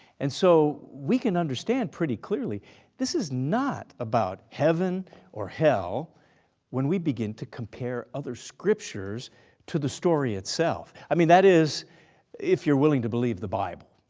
and so we can understand pretty clearly this is not about heaven or hell when we begin to compare other scriptures to the story itself. i mean that is if you're willing to believe the bible.